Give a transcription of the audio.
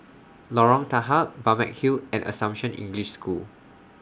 Lorong Tahar Balmeg Hill and Assumption English School